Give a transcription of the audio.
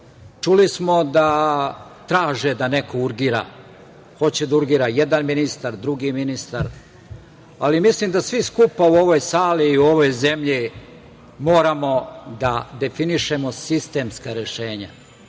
Čuli smo da traže da neko urgira. Hoće da urgira jedan ministar, drugi ministar. Ali, mislim da svi skupa u ovoj sali i u ovoj zemlji moramo da definišemo sistemska rešenja.